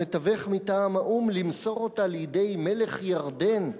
המתווך מטעם האו"ם, למסור אותה לידי מלך ירדן,